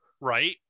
right